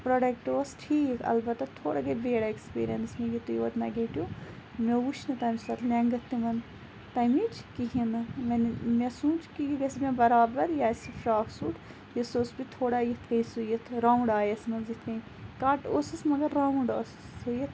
product اوس ٹھیٖک اَلبَتہ تھوڑا گٔے وِیٲڈ ایٚکٕسپیٖرینٕس مےٚ یُتٕے یوت نگیٚٹِو مےٚ وُچھ نہٕ تمہِ ساتہٕ لیٚنٛگتھ تِمَن تمِچ کِہِیٖنۍ نہٕ مےٚ سوٗنٛچ کہِ یہِ گَژھِ مےٚ بَرابَر یہِ آسہِ فراک سوٗٹ یُس اوس سُہ تھوڑا یِتھ کنۍ سُیِتھ راوُنٛڈ آیَس مَنٛز یِتھ کنۍ کَٹ اوسُس مَگَر راوُنٛڈ اوس سُیِتھ